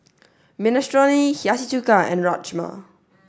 Minestrone Hiyashi Chuka and Rajma